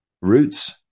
Roots